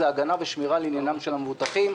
הוא הגנה ושמירה על עניינם של המבוטחים,